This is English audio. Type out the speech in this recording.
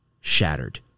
shattered